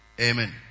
amen